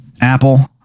apple